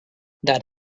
that